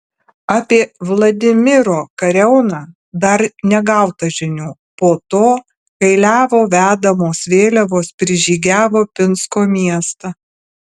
apie vladimiro kariauną dar negauta žinių po to kai levo vedamos vėliavos prižygiavo pinsko miestą